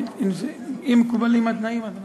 אם מקובלים התנאים אז אנחנו,